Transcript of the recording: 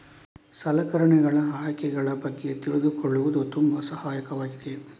ಸಲಕರಣೆಗಳ ಆಯ್ಕೆಗಳ ಬಗ್ಗೆ ತಿಳಿದುಕೊಳ್ಳುವುದು ತುಂಬಾ ಸಹಾಯಕವಾಗಿದೆ